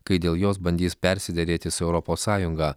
kai dėl jos bandys persiderėti su europos sąjunga